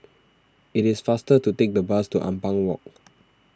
it is faster to take the bus to Ampang Walk